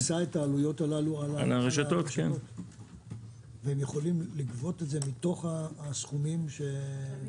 אני רוצה לדון פה עם החברים,